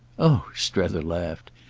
oh, strether laughed,